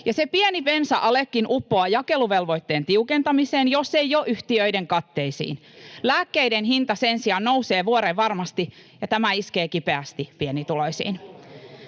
pieni bensa-alekin uppoaa jakeluvelvoitteen tiukentamiseen, jos ei jo yhtiöiden katteisiin. [Jani Mäkelä: Ei uppoa!] Lääkkeiden hinta sen sijaan nousee vuorenvarmasti, ja tämä iskee kipeästi pienituloisiin.